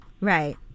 Right